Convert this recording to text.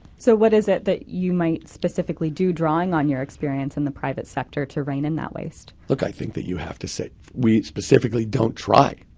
so what is it that you might specifically do, drawing on your experience in the private sector to rein in that waste? look, i think that you have to say, we specifically don't try.